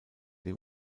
dem